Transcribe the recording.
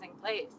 place